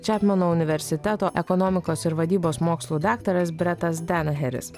čapmano universiteto ekonomikos ir vadybos mokslų daktaras bretas danaheris